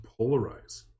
polarize